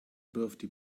birthday